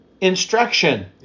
instruction